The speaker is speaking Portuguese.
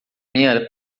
minha